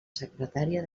secretària